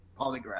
polygraph